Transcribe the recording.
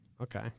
Okay